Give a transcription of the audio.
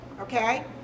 okay